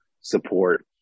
support